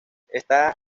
está